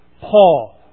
Paul